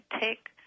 take